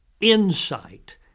insight